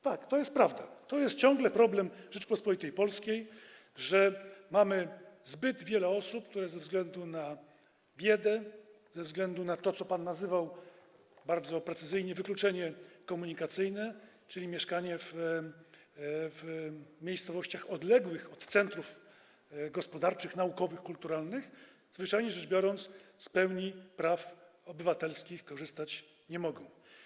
Tak, to jest prawda, to jest ciągle problem Rzeczypospolitej Polskiej, że mamy zbyt wiele osób, które ze względu na biedę, ze względu na to, co pan nazwał bardzo precyzyjnie wykluczeniem komunikacyjnym, czyli mieszkanie w miejscowościach odległych od centrów gospodarczych, naukowych, kulturalnych, zwyczajnie rzecz biorąc, z pełni praw obywatelskich korzystać nie mogą.